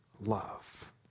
love